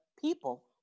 people